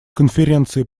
конференции